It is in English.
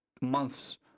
months